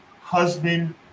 husband